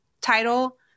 title